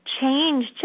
change